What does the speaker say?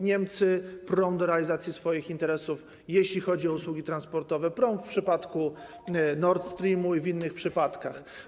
Niemcy prą do realizacji swoich interesów, jeśli chodzi o usługi transportowe, prą w przypadku Nord Streamu i w innych przypadkach.